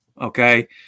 Okay